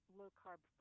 low-carb